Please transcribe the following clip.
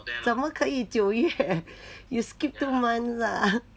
怎么可以九月 you skip two months ah